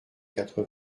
quatre